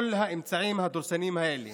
כל האמצעים הדורסניים האלה